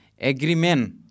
agreement